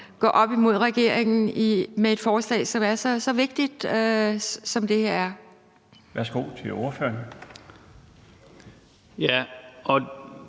gå op imod regeringen med et forslag, som er så vigtigt, som det her er. Kl. 18:37 Den fg.